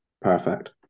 perfect